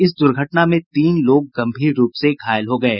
इस दुर्घटना में तीन लोग गंभीर रूप से घायल हो गये